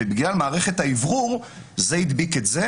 ובגלל מערכת האוורור זה הדביק את זה,